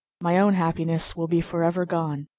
my own happiness will be for ever gone.